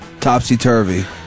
Topsy-turvy